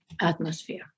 atmosphere